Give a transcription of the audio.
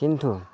खिन्थु